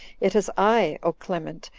it is i, o clement!